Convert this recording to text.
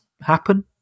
happen